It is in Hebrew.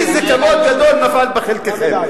איזה כבוד גדול נפל בחלקכם.